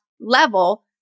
level